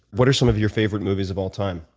what are some of your favorite movies of all time,